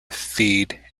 feed